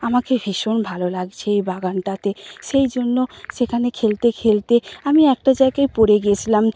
আমাকে ভীষণ ভালো লাগছে এ বাগানটাতে সেই জন্য সেখানে খেলতে খেলতে আমি একটা জায়গায় পড়ে গিয়েছিলাম